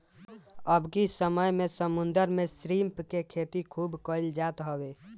अबकी समय में समुंदर में श्रिम्प के खेती खूब कईल जात हवे